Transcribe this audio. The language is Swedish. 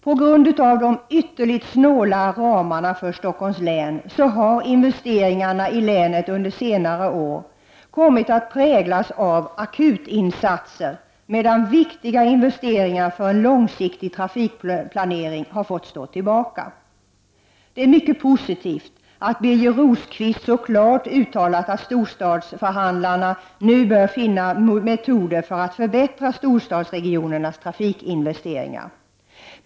På grund av de ytterligt snåla ramarna för Stockholms län har investeringarna i länet under senare år kommit att präglas av akutinsatser, medan viktiga investeringar för långsiktig trafikplanering har fått stå tillbaka. Det är positivt att Birger Rosqvist så klart uttalat att storstadsförhandlarna nu bör finna metoder att förbättra storstadsregionernas trafikinvesteringar.